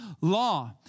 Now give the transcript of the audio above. law